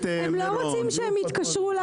הם לא רוצים שהם יתקשרו.